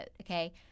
okay